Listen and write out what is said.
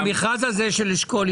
המכרז של אשכול,